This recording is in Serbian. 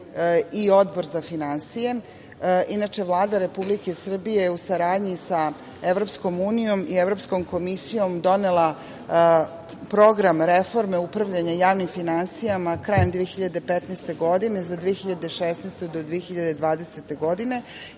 i Odbor za finansije. Inače, Vlada Republike Srbije, u saradnji sa EU i Evropskom komisijom, donela je Program reforme upravljanja javnim finansijama krajem 2015. godine za 2016. do 2020. godine